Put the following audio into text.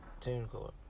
TuneCore